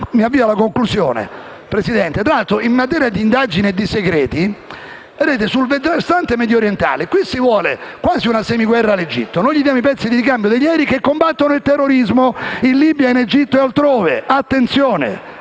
Mi avvio alla conclusione. In materia di indagine e segreti, sul versante mediorientale si vuole quasi una semiguerra all'Egitto. Non gli diamo i pezzi di ricambio degli aerei che combattono il terrorismo in Libia, Egitto e altrove. Attenzione,